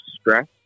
stress